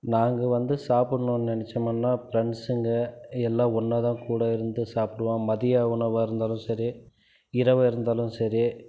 நாங்கள் வந்து சாப்பிடணும்னு நினைச்சமுன்னா ப்ரெண்ட்ஸுங்கள் எல்லாம் ஒன்றா தான் கூட இருந்து சாப்பிடுவோம் மதிய உணவாக இருந்தாலும் சரி இரவாக இருந்தாலும் சரி